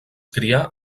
crià